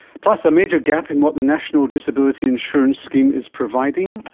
plus, a major gap in what the national disability insurance scheme is providing.